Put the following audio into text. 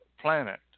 planet